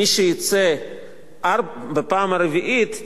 מי שיצא בפעם הרביעית,